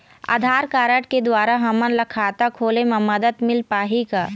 आधार card के द्वारा हमन ला खाता खोले म मदद मिल पाही का?